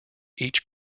each